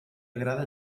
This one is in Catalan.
agrada